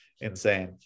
insane